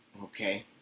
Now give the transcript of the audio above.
Okay